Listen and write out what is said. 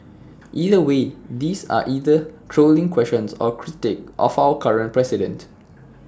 either way these are either trolling questions or A critique of our current president